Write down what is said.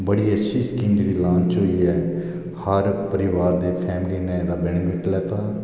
बडी अच्छी स्कीम ही हर परिबार दी लोकें वेनीफिट लैता